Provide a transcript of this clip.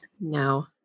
No